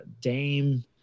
Dame